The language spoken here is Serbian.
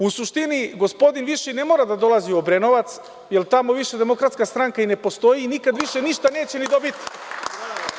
U suštini, gospodin više i ne mora da dolazi u Obrenovac, jer tamo više DS ne postoji i nikada više ništa neće dobiti.